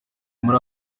muri